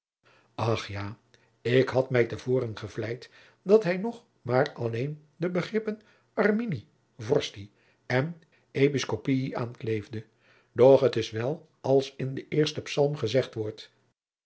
ach ja ik had mij te voren gevleid dat hij nog maar alleen de begrippen arminii vorstii en episcopii aankleefde doch het is wel als in den eersten psalm gezegd wordt